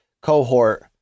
cohort